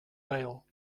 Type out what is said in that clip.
bail